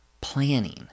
planning